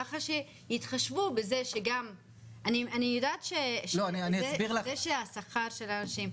כי אני זוכרת שישבתי ב-2016 בוועדה של כחלון שהקים על העלאת גיל הפרישה,